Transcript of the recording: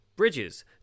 bridges